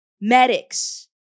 Medics